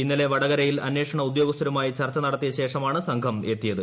ഇന്നലെ വടകരയിൽ അന്വേഷണ ഉദ്യോഗസ്ഥരുമായി ചർച്ച നടത്തിയ ശേഷമാണ് സംഘം എത്തിയത്